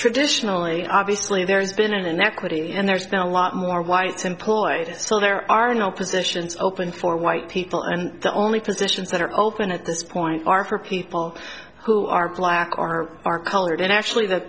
traditionally obviously there's been an inequity and there's now a lot more whites employed so there are no positions open for white people and the only positions that are open at this point are for people who are black are are colored in actually th